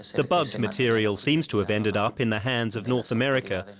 the bugged material seems to have ended up in the hands of north america,